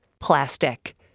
Plastic